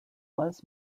was